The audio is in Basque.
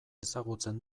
ezagutzen